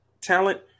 talent